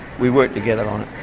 we work together on it.